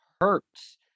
hurts